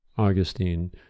Augustine